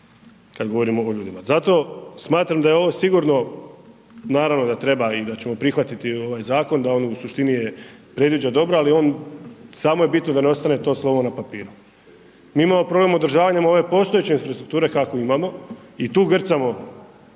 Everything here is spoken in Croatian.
kad govorimo o ljudima. Zato smatram da je ovo sigurno, naravno da treba i da ćemo prihvatiti ovaj zakon, da on u suštini je, predviđa dobro, ali u ovom samo je bitno da ne ostane to slovo na papiru. Mi imamo problem održavanja ove postojeće infrastrukture kakvu imamo i tu grcamo